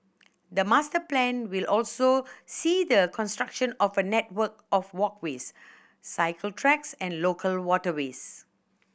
the master plan will also see the construction of a network of walkways cycle tracks and local waterways